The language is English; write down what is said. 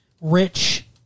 rich